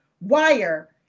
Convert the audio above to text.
wire